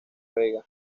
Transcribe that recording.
vega